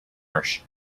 marsh